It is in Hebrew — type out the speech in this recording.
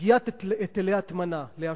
סוגיית היטלי הטמנת אשפה: